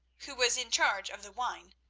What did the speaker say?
who was in charge of the wine,